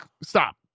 Stop